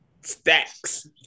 stacks